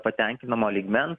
patenkinamo lygmens